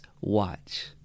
watch